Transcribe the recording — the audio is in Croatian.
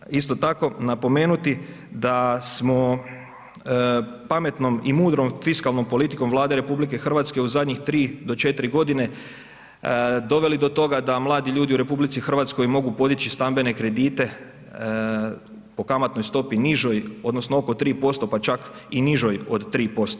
Važno je isto tako napomenuti da smo pametnom i mudrom fiskalnom politikom Vlade RH u zadnjih 3 ili 4 godine doveli do toga da mladi ljudi u RH mogu podići stambene kredite po kamatnoj stopi nižoj, odnosno oko 3% pa čak i nižoj od 3%